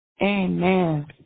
Amen